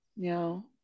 No